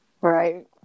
Right